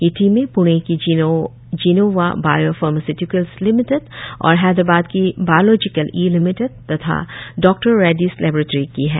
ये टीमें प्णे की जिनोवा बायो फार्मास्यूटिकल्स लिमिटेड और हैदराबाद की बॉयोलोजिकल ई लिमिटेड तथा डॉक्टर रैडिस लेबोरेट्री की हैं